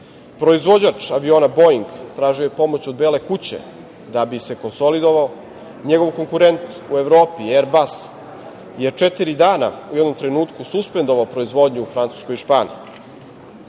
Proizvođač aviona „Boing“ tražio je pomoć od Bele kuće da bi se konsolidovao. Njegov konkurent u Evropi, „Erbas“, je četiri dana u jednom trenutku suspendovao proizvodnju u Francuskoj i Španiji.